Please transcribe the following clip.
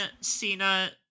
Cena